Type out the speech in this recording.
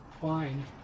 fine